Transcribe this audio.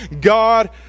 God